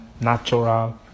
natural